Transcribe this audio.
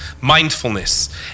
Mindfulness